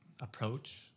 approach